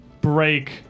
break